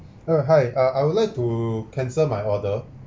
uh hi uh I would like to cancel my order